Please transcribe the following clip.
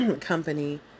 company